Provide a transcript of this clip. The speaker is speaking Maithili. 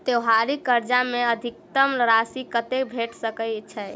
त्योहारी कर्जा मे अधिकतम राशि कत्ते भेट सकय छई?